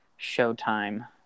Showtime